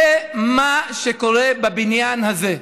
זה מה שקורה בבניין הזה.